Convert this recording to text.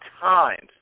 times